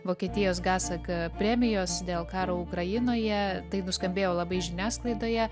vokietijos gasak premijos dėl karo ukrainoje tai nuskambėjo labai žiniasklaidoje